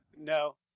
No